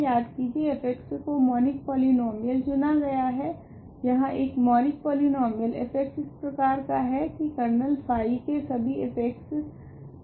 याद कीजिए f को मॉनिक पॉलीनोमीयल चुना गया है यहाँ एक मॉनिक पॉलीनोमीयल f इस प्रकार का है की कर्नल फाई के सभी f के मल्टीपल है